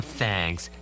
thanks